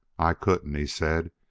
i couldn't, he said,